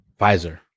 Pfizer